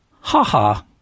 ha-ha